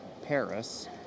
paris